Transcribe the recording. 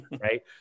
Right